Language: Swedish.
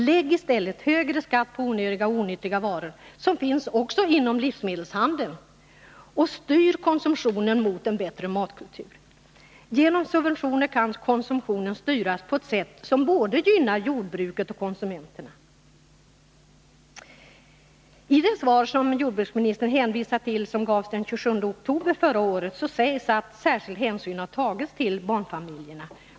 Lägg i stället högre skatt på onödiga och onyttiga varor, som finns också inom livsmedelshandeln, och styr konsumtionen mot en bättre matkultur. Genom subventioner kan konsumtionen styras på ett sätt som gynnar både jordbruket och konsumenterna. I det svar som jordbruksministern hänvisar till, som gavs den 27 oktober förra året, sägs att särskild hänsyn har tagits till barnfamiljerna.